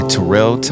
Terrell